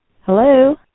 Hello